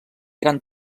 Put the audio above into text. gran